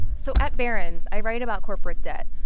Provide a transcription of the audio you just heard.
so at barron's, i write about corporate debt,